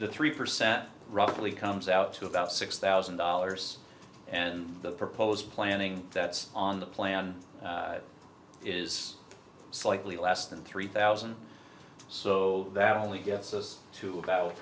the three percent roughly comes out to about six thousand dollars and the proposed planning that's on the plan is slightly less than three thousand so that only gets us to about